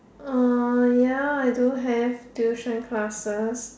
uh ya I do have tuition classes